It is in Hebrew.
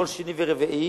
כל שני ורביעי.